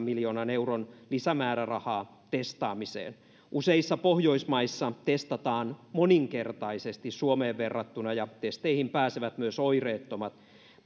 miljoonan euron lisämäärärahaa testaamiseen useissa pohjoismaissa testataan moninkertaisesti suomeen verrattuna ja testeihin pääsevät myös oireettomat